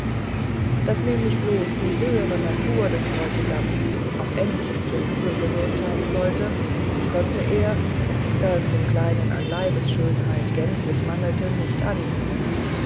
daß nämlich bloß die höhere natur des bräutigams auf ännchen zur liebe gewirkt haben solle konnte er da es dem kleinen an leibesschönheit gänzlich mangelte nicht annehmen